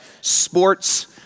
sports